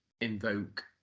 invoke